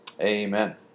Amen